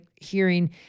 hearing